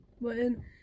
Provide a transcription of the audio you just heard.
button